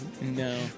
No